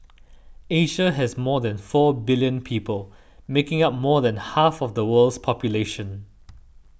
Asia has more than four billion people making up more than half of the world's population